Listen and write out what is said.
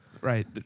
right